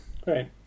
Great